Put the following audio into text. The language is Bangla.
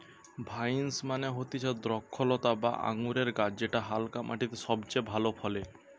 ভাইন্স মানে হতিছে দ্রক্ষলতা বা আঙুরের গাছ যেটা হালকা মাটিতে সবচে ভালো ফলে